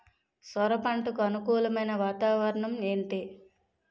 సొర పంటకు అనుకూలమైన వాతావరణం ఏంటి?